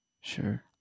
Sure